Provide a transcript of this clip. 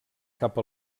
cap